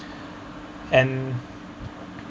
and